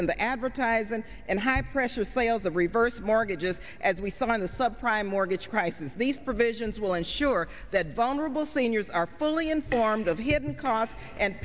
in the advertisements and high pressure sales the reverse mortgages as we saw on the sub prime mortgage crisis these provisions will ensure that vulnerable seniors are fully informed of hidden costs and